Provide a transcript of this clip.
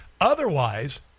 Otherwise